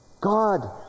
God